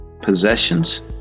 Possessions